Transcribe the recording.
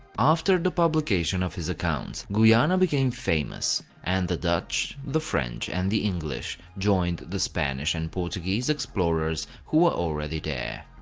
after the publication of his accounts, guiana became famous and the dutch, the french and the english joined the spanish and portuguese explorers who were already there.